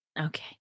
Okay